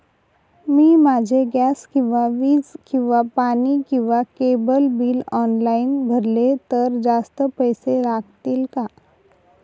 मी माझे गॅस किंवा वीज किंवा पाणी किंवा केबल बिल ऑनलाईन भरले तर जास्त पैसे लागतील का?